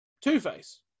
Two-Face